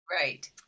Right